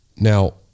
Now